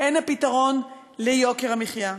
הן הפתרון ליוקר המחיה,